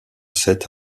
sept